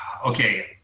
Okay